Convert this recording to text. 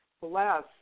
bless